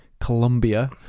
Colombia